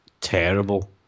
terrible